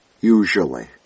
usually